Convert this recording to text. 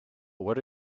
what